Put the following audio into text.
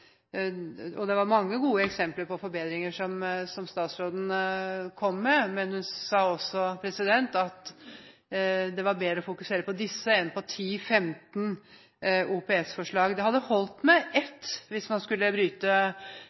og jernbane – og det var mange gode eksempler på forbedringer som statsråden kom med – at det er bedre å fokusere på disse enn på 10–15 OPS-forslag. Det hadde holdt med ett hvis man skulle bryte